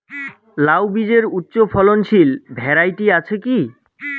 লাউ বীজের উচ্চ ফলনশীল ভ্যারাইটি আছে কী?